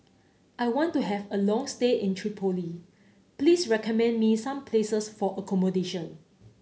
I want to have a long stay in Tripoli please recommend me some places for accommodation